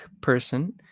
person